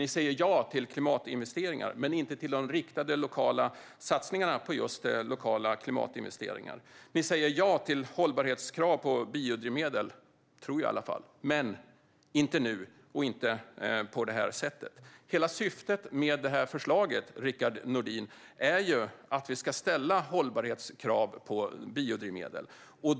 Ni säger ja till klimatinvesteringar men inte till de riktade lokala satsningarna på just klimatinvesteringar. Ni säger ja till hållbarhetskrav på biodrivmedel, tror jag i alla fall, men inte nu och inte på det här sättet. Hela syftet med detta förslag, Rickard Nordin, är att vi ska ställa hållbarhetskrav på biodrivmedel.